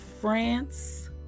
France